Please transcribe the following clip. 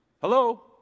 Hello